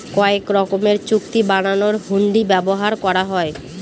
কয়েক রকমের চুক্তি বানানোর হুন্ডি ব্যবহার করা হয়